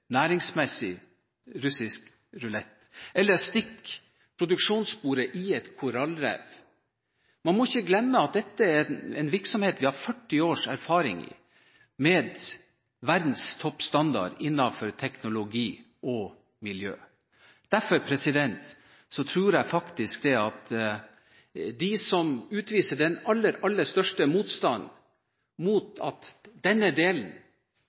næringsmessig russisk rulett, eller om å stikke produksjonssporet i et korallrev. Man må ikke glemme at dette er en virksomhet der vi har 40 års erfaring, med verdens toppstandard innenfor teknologi og miljø. Derfor tror jeg faktisk at de som utviser den aller, aller største motstand mot at denne delen